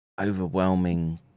overwhelming